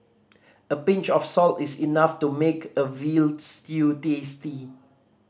a pinch of salt is enough to make a veal stew tasty